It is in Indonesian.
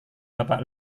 bapak